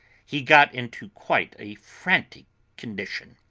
he got into quite a frantic condition.